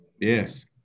Yes